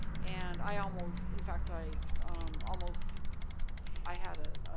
and i almost in fact, i almost i had a